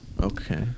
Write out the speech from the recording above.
okay